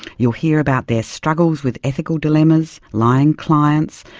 you'll hear about their struggles with ethical dilemmas, lying clients,